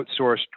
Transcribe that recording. outsourced